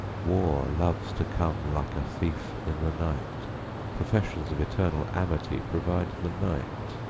war loves to come like a thief in the night professions of eternal amity provide the night.